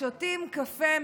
שותים קפה,